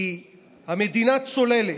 כי המדינה צוללת,